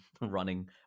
running